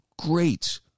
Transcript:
great